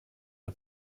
der